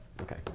Okay